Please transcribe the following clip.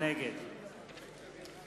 נגד